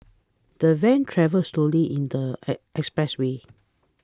the van travelled slowly in the E expressway